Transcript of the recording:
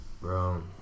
Bro